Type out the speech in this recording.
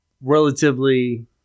relatively